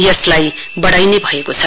यसलाई बढाइने भएको छ